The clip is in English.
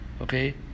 Okay